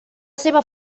seva